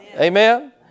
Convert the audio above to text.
Amen